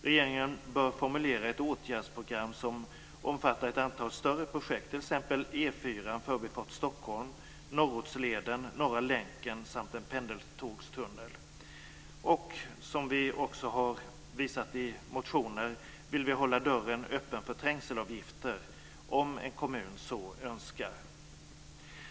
Regeringen bör formulera ett åtgärdsprogram som omfattar ett antal större projekt, t.ex. E 4:s förbifart Stockholm, Norrortsleden, Norra länken samt en pendeltågstunnel. Som vi också har visat i motioner vill vi hålla dörren öppen för trängselavgifter om en kommun så önskar.